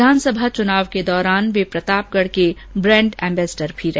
विधानसभा चुनाव के दौरान वे प्रतापगढ के ब्रांड एंबेसडर रहे